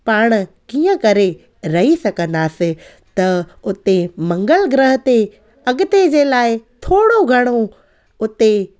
पाण कीअं करे रही सघंदासे त उते मंगल ग्रह ते अॻिते जे लाइ थोरो घणो उते